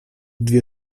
dwie